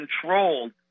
controlled